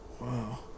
Wow